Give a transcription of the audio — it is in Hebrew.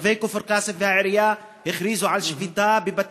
אלה, מבלי לתפוס הפושעים, זה אסון.